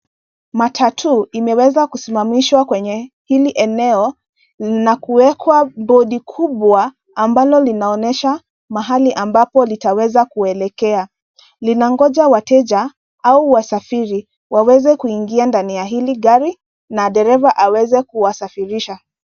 Matatu imeweza kusimamishwa kwenye hili eneo na kuwekwa board kubwa ambalo linaonyesha mahali ambapo litaweza kuelekea. Linagoja wateja, au wasafiri, waweze kuingia ndani ya hili gari, na dereva aweze kuwasafirisha.